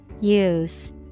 Use